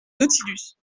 nautilus